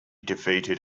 defeated